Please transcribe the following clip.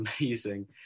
amazing